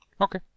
Okay